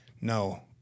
no